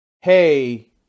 hey